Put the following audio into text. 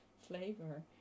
flavor